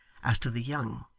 as to the young.